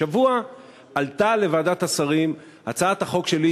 השבוע עלתה לוועדת השרים הצעת החוק שלי,